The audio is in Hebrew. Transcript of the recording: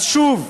אז שוב,